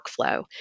workflow